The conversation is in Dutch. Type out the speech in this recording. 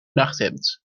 nachthemd